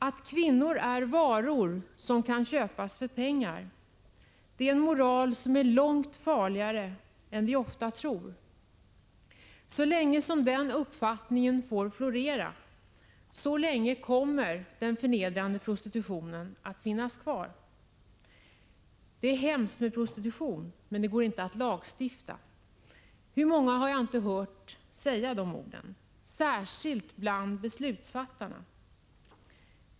Att kvinnor är varor som kan köpas för pengar är en moral som är långt farligare än vi tror. Så länge den uppfattningen får florera kommer den förnedrande prostitutionen att finnas kvar. Det är hemskt med prostitution, men det går inte att lagstifta mot den — hur många gånger har jag inte hört de orden, särskilt från beslutsfattarna.